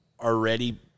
already